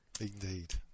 Indeed